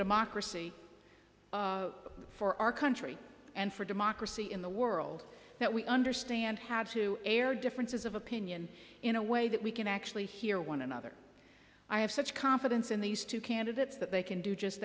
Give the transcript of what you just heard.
democracy for our country and for democracy in the world that we understand how to air differences of opinion in a way that we can actually hear one another i have such confidence in these two candidates that they can do just